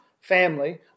family